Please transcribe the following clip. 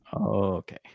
Okay